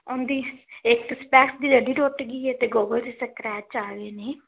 ਉਹਦੀ ਇੱਕ ਸਪੈਕਸ ਦੀ ਡੰਡੀ ਟੁੱਟ ਗਈ ਹੈ ਅਤੇ ਗੋਗਲਸ 'ਤੇ ਸਕ੍ਰੈਚ ਆ ਗਏ ਨੇ